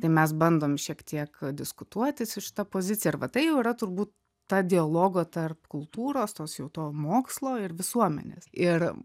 tai mes bandom šiek tiek diskutuoti su šita pozicija arba tai jau yra turbūt ta dialogo tarp kultūros toks jau to mokslo ir visuomenės ir